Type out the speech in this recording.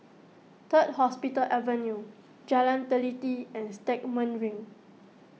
Third Hospital Avenue Jalan Teliti and Stagmont Ring